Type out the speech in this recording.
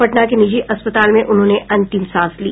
पटना के निजी अस्पताल में उन्होंने अंतिम सांस ली